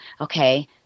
okay